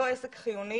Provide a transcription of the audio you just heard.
האחת לא עסק חיוני,